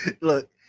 Look